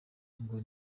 ngo